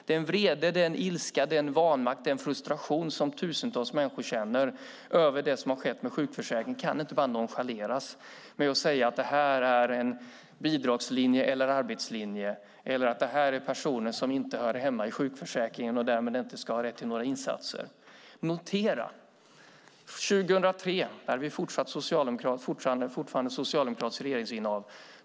Den vrede, ilska, vanmakt och frustration som tusentals människor känner över det som har skett med sjukförsäkringen kan inte bara nonchaleras med att säga att detta är en bidragslinje eller en arbetslinje eller att detta är personer som inte hör hemma i sjukförsäkringen och därmed inte ska ha rätt till några insatser. Notera att vi 2003 fortfarande hade ett socialdemokratiskt regeringsinnehav.